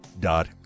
dot